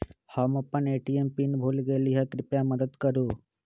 हम अपन ATM PIN भूल गेली ह, कृपया मदत करू